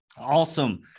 Awesome